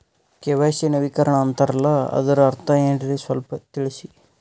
KYC ನವೀಕರಣ ಅಂತಾರಲ್ಲ ಅದರ ಅರ್ಥ ಏನ್ರಿ ಸ್ವಲ್ಪ ತಿಳಸಿ?